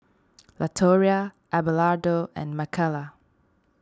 Latoria Abelardo and Makaila